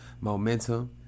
momentum